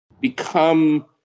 become